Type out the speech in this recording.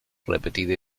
repartid